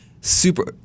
Super